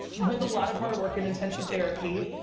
with a lot of hard work and intensive therapy,